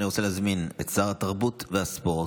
אני רוצה להזמין את שר התרבות והספורט,